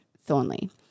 Thornley